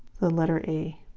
the letter a